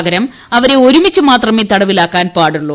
പകരം അവരെ ഒരുമിച്ച് മാത്രമേ തടവിലാക്കാൻ പ്പാടുള്ളു